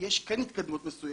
יש כן התקדמות מסוימת,